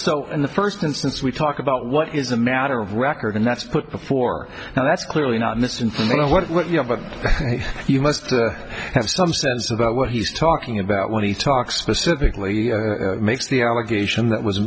so in the first instance we talk about what is a matter of record and that's put before and that's clearly not mis informed of what you have a you must have some sense about what he's talking about when he talks specifically makes the allegation that was